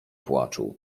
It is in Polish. płaczu